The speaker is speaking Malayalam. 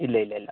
ഇല്ലയില്ലില്ല